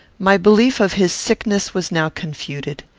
my belief of his sickness was now confuted.